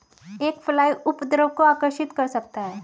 एक फ्लाई उपद्रव को आकर्षित कर सकता है?